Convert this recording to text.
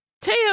Teo